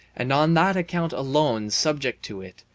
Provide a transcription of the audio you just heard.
and on that account alone subject to it,